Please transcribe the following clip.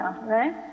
right